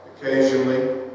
occasionally